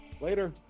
Later